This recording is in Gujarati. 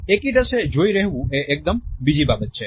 એક્કીટશે જોઈ રહેવું એ એકદમ બીજી બાબત છે